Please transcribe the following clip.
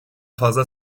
fazla